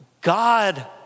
God